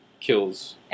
kills